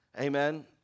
Amen